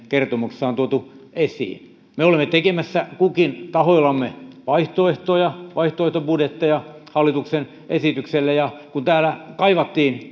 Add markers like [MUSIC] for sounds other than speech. [UNINTELLIGIBLE] kertomuksessa on tuotu esiin me olemme tekemässä kukin tahoillamme vaihtoehtoja vaihtoehtobudjetteja hallituksen esitykselle ja kun täällä kaivattiin [UNINTELLIGIBLE]